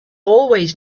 always